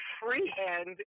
freehand